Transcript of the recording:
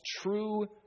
true